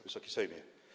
Wysoki Sejmie!